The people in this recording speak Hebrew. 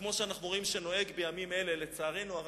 כמו שאנחנו רואים שנוהג בימים אלה ראש